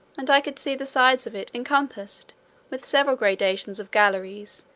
and i could see the sides of it encompassed with several gradations of galleries,